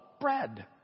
bread